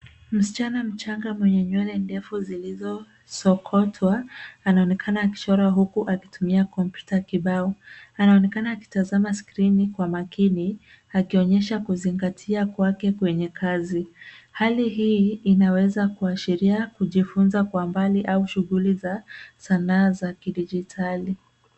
Msichana mchanga mwenye nywele ndefu zilizosokotwa anaonekana akichora huku akitumia kompyuta kibao. Anaonekana akitazama skrini kwa makini akionyesha kuzingatia kwake kwenye kazi. Hali hii inaweza kuashiria kujifunza kwa mbali au shughuli za sanaa za kidigitali.